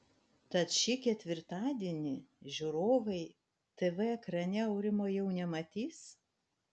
tad šį ketvirtadienį žiūrovai tv ekrane aurimo jau nematys